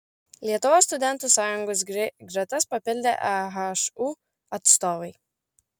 lietuvos studentų sąjungos gretas papildė ehu atstovai